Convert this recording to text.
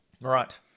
Right